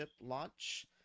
launch